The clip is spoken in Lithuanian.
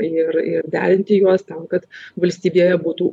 ir ir derinti juos tam kad valstybėje būtų